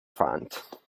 font